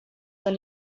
when